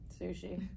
Sushi